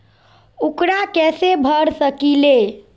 ऊकरा कैसे भर सकीले?